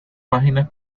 páginas